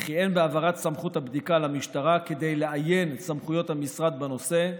וכי אין בהעברת סמכות הבדיקה למשטרה כדי לאיין את סמכויות המשרד בנושא,